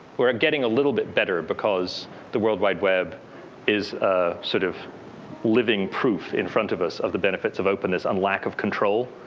we're getting a little bit better because the world wide web is ah sort of living proof in front of us of the benefits of openness and lack of control.